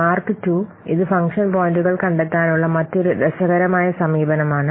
mark II ഇത് function പോയിന്റുകൾ കണ്ടെത്താനുള്ള മറ്റൊരു രസകരമായ സമീപനമാണ്